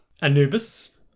Anubis